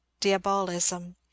diabolism